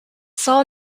saw